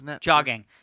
jogging